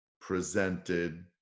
presented